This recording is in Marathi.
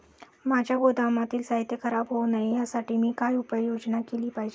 माझ्या गोदामातील साहित्य खराब होऊ नये यासाठी मी काय उपाय योजना केली पाहिजे?